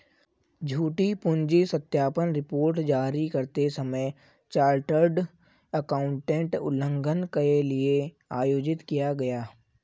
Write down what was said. झूठी पूंजी सत्यापन रिपोर्ट जारी करते समय चार्टर्ड एकाउंटेंट उल्लंघन के लिए आयोजित किया गया